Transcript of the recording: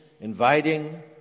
inviting